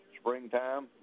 springtime